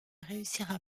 réussira